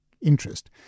interest